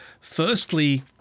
firstly